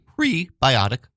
Prebiotic